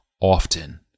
often